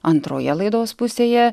antroje laidos pusėje